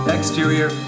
Exterior